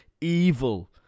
evil